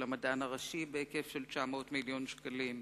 המדען הראשי בהיקף של 900 מיליון שקלים,